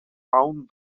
found